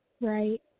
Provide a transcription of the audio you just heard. Right